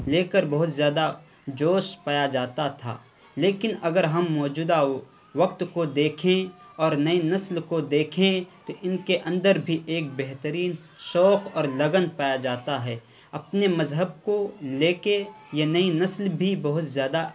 لے کر بہت زیادہ جوش پایا جاتا تھا لیکن اگر ہم موجودہ وقت کو دیکھیں اور نئی نسل کو دیکھیں تو ان کے اندر بھی ایک بہترین شوق اور لگن پایا جاتا ہے اپنے مذہب کو لے کے یہ نئی نسل بھی بہت زیادہ